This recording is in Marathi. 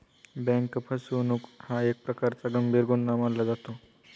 बँक फसवणूक हा एक प्रकारचा गंभीर गुन्हा मानला जातो